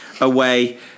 away